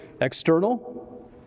external